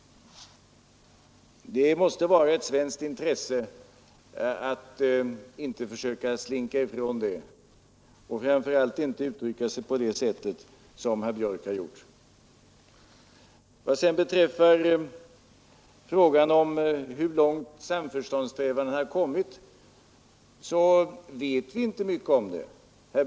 Det måste vara ett svenskt intresse att inte försöka slinka ifrån det, och framför allt bör man inte uttrycka sig på det sättet som herr Björk gjorde. Hur långt samförståndssträvandena har kommit vet jag inte mycket om.